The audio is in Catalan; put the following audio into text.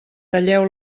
talleu